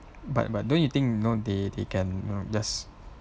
but but don't you think you know they they can you know just